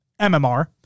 MMR